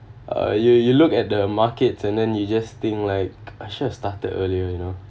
uh you you look at the markets and then you just think like I should have started earlier you know